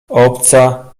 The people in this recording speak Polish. obca